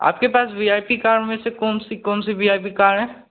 आपके पास V I P car में से कोन सी कोन सी वी आई पी कार हैं